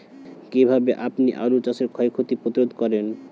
কীভাবে আপনি আলু চাষের ক্ষয় ক্ষতি প্রতিরোধ করেন?